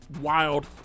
wild